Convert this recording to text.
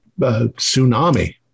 tsunami